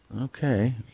Okay